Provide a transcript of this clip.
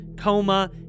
coma